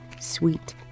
sweet